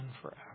forever